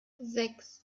sechs